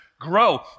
grow